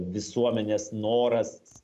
visuomenės noras